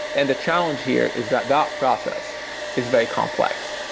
and the challenge here is that that process is very complex.